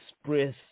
express